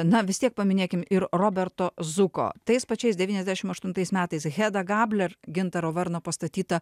na vis tiek paminėkim ir roberto zuko tais pačiais devyniasdešim aštuntais metais heda gabler gintaro varno pastatyta